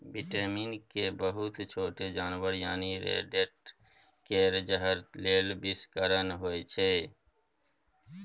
vitamin के बहुत छोट जानबर यानी रोडेंट केर जहर लेल बिषहरण होइ छै